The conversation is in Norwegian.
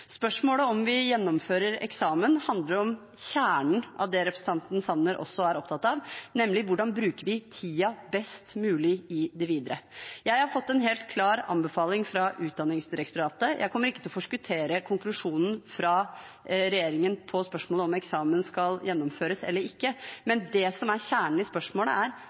Spørsmålet om vi gjennomfører eksamen, handler om kjernen av det representanten Sanner også er opptatt av, nemlig hvordan vi bruker tiden best mulig videre. Jeg har fått en helt klar anbefaling fra Utdanningsdirektoratet. Jeg kommer ikke til å forskuttere konklusjonen fra regjeringen på spørsmålet om eksamen skal gjennomføres eller ikke, men det som er kjernen i spørsmålet, er: